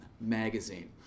magazine